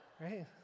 Right